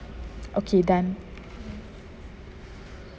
okay done